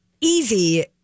easy